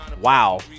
Wow